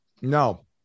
No